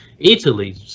Italy